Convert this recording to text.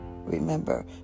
remember